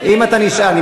אם אתה נשאר כאן,